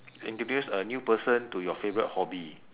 introduce a new person to your favourite hobby